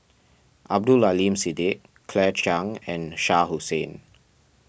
Abdul Aleem Siddique Claire Chiang and Shah Hussain